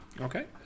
Okay